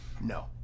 No